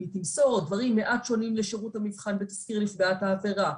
אם היא תמסור דברים מעט שונים לשירות המבחן בתזכיר נפגעת העבירה,